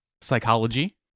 Psychology